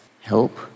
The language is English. help